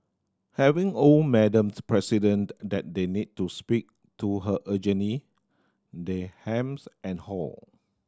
having old Madams President that they need to speak to her urgently they hems and haw